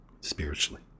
spiritually